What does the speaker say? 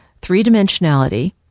three-dimensionality